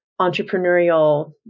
entrepreneurial